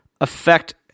affect